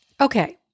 Okay